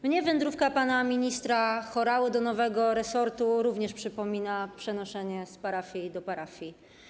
Mnie wędrówka pana ministra Horały do nowego resortu również przypomina przenoszenie z parafii do parafii.